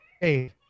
Hey